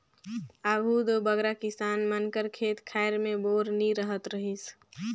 आघु दो बगरा किसान मन कर खेत खाएर मे बोर नी रहत रहिस